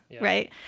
Right